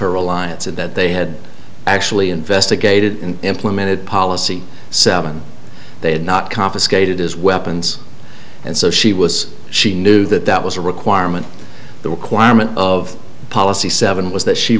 her reliance and that they had actually investigated and implemented policy seven they had not confiscated as weapons and so she was she knew that that was a requirement the requirement of policy seven was that she